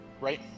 Right